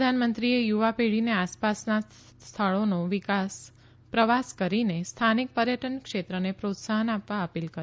પ્રધાનમંત્રીએ યુવા પેઢીને આસપાસના સ્થળોનો પ્રવાસ કરીને સ્થાનિક પર્યટનક્ષેત્રને પ્રોત્સાહન આપવા અપીલ કરી